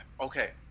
okay